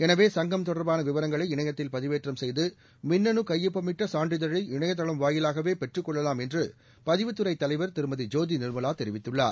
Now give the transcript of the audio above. எனவே சங்கம் தொடர்பான விவரங்களை இணையத்தில் பதிவேற்றம் செய்து மின்னனு கையொப்பமிட்ட சான்றிதழை இணையதளம் வாயிலாகவே பெற்றுக் கொள்ளலாம் என்று பதிவுத்துறை தலைவர் திருமதி ஜோதி நிர்மலா தெரிவித்துள்ளார்